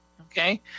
Okay